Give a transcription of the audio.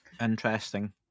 Interesting